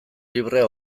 librea